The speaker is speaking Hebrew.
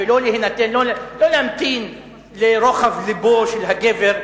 ולא להמתין לרוחב לבו של הגבר,